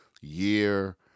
year